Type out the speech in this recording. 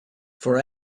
for